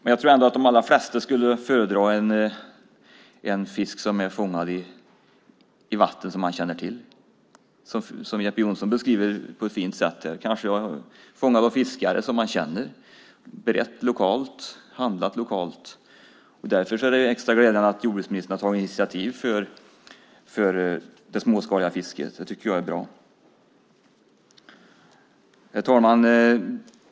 Men jag tror ändå att de allra flesta skulle föredra en fisk som är fångad i vatten som man känner till som Jeppe Johnsson beskrev på ett fint sätt här. Den kanske är fångad av fiskare som man känner, beredd lokalt och handlad lokalt. Därför är det extra glädjande att jordbruksministern har tagit initiativ för det småskaliga fisket. Det tycker jag är bra. Herr talman!